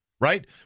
right